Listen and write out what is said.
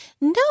No